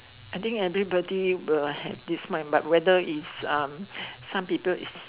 I think everybody will have this mind but whether is um some people is